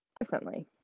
Differently